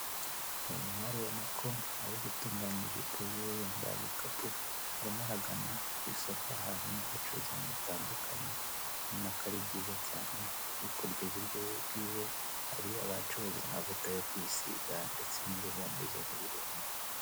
Uyu mwari urabona ko ari gutunganya ijipo yiwe yambaye agakapu arimo aragana ku isoko ahantu gucuruza ibintu bitandukanye urabona ko ari byiza cyane. Hakujya iburyo bwiwe hari abacuruza amavuta yo kwisiga ndetse n'ibihumuza umubiri w'umuntu.